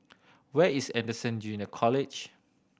where is Anderson Junior College